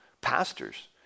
pastors